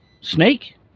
snake